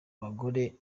bagore